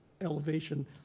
elevation